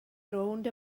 rownd